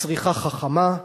בצריכה חכמה,